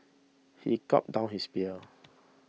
he gulped down his beer